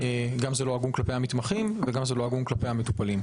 זה גם לא הגון כלפי המתמחים ולא הגון כלפי המטופלים.